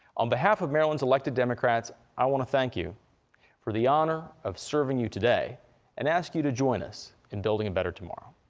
on behalf of maryland's elected democrats i want to thank you for the honor of serving you today and of ask you to join us in building a better tomorrow.